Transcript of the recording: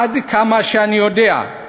עד כמה שאני יודע,